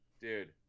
Dude